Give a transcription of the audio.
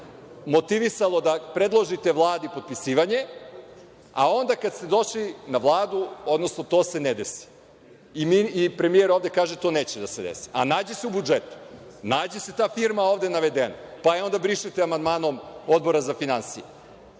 motivisalo da predložite Vladi potpisivanje, a onda se to ne desi i premijer ovde kaže – to neće da se desi? A nađe se u budžetu, nađe se ta firma ovde navedena, pa je onda brišete amandmanom Odbora za finansije,